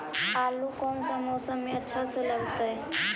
आलू कौन मौसम में अच्छा से लगतैई?